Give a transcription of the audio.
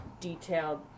detailed